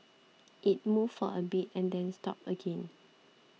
it moved for a bit and then stopped again